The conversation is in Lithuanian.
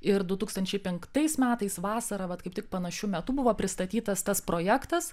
ir du tūkstančiai penktais metais vasarą vat kaip tik panašiu metu buvo pristatytas tas projektas